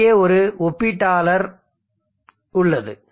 இங்கே ஒரு ஒப்பிட்டாளர் உள்ளது